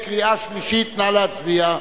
קריאה שלישית, נא להצביע.